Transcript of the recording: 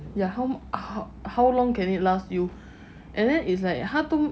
ya how how how long can it last you and then it's like 他都